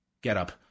getup